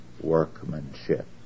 workmanship